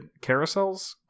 carousels